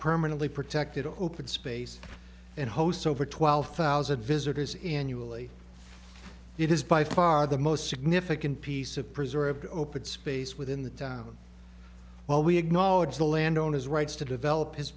permanently protected open space and hosts over twelve thousand visitors in annual e it is by far the most significant piece of preserved open space within the town while we acknowledge the landowners rights to develop his